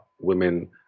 women